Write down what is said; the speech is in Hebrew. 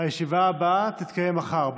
הישיבה הבאה תתקיים מחר,